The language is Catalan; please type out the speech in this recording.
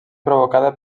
provocada